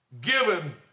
given